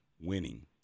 winning